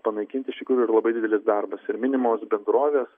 panaikinti iš tikrųjų yra labai didelis darbas ir minimos bendrovės